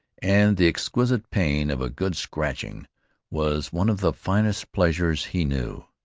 and the exquisite pain of a good scratching was one of the finest pleasures he knew.